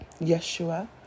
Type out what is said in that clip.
Yeshua